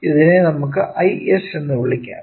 ഇതിനെ നമുക്ക് Is എന്ന് വിളിക്കാം